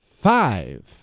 five